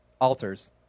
Altars